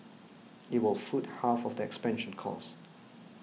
it will foot half of the expansion costs